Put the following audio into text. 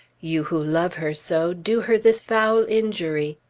you who love her so, do her this foul injury.